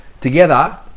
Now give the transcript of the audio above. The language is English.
together